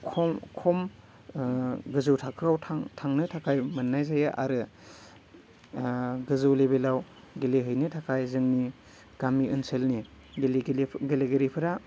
खम खम गोजौ थाखोआव थां थांनो थाखाय मोन्नाय जायो आरो गोजौ लेभेलाव गेलेहैनो थाखाय जोंनि गामि ओनसोलनि गेलेगिरि गेलेगिरिफोरा